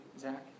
Zach